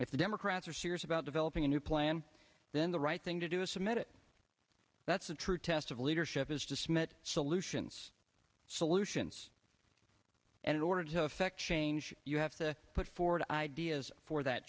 if the democrats are serious about developing a new plan then the right thing to do is submit that's the true test of leadership is to submit solutions solutions and in order to effect change you have to put forward ideas for that